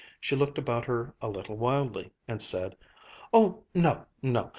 she looked about her a little wildly and said oh no, no!